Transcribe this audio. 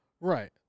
Right